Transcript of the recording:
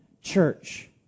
church